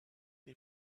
they